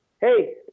Hey